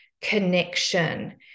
connection